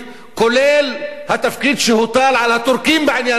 כולל התפקיד שהוטל על הטורקים בעניין הזה.